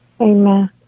Amen